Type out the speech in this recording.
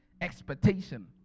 expectation